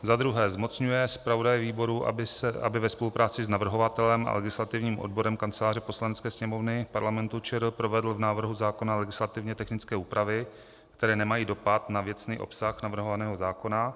2. zmocňuje zpravodaje výboru, aby ve spolupráci s navrhovatelem a legislativním odborem Kanceláře Poslanecké sněmovny Parlamentu ČR provedl v návrhu zákona legislativně technické úpravy, které nemají dopad na věcný obsah navrhovaného zákona;